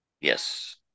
Yes